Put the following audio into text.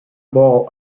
ball